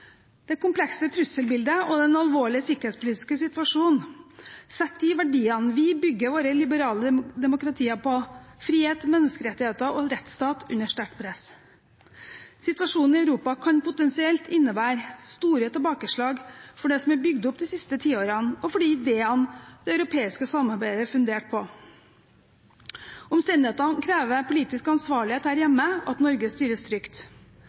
Det komplekse trusselbildet og den alvorlige sikkerhetspolitiske situasjonen setter de verdiene vi bygger våre liberale demokratier på, frihet, menneskerettigheter og rettsstat, under sterkt press. Situasjonen i Europa kan potensielt innebære store tilbakeslag for det som er bygd opp de siste tiårene, og for de ideene det europeiske samarbeidet er fundert på. Omstendighetene krever politisk ansvarlighet her hjemme, og at Norge styres trygt.